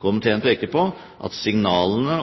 Komiteen peker på at signalene